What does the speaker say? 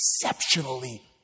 exceptionally